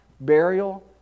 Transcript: burial